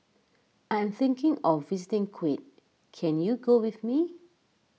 I'm thinking of visiting Kuwait can you go with me